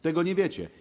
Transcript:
Tego nie wiecie.